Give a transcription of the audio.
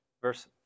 verse